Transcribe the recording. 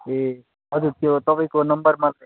ए हजुर तपाईँको त्यो नम्बरमा